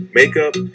makeup